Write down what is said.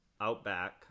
Outback